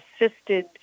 assisted